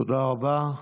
תודה רבה.